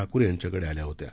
ठाकूर यांच्याकडे आल्या होत्या